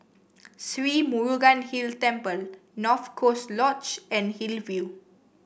Sri Murugan Hill Temple North Coast Lodge and Hillview